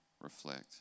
Reflect